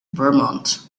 vermont